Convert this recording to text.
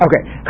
Okay